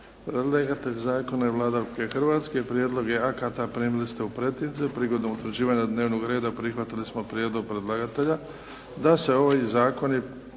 Predlagatelj Zakona je Vlada Republike Hrvatske. Prijedloge akata primili ste u pretince. Prigodom utvrđivanja dnevnog reda prihvatili smo prijedlog predlagatelja da se ovi zakoni